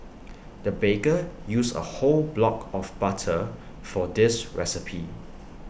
the baker used A whole block of butter for this recipe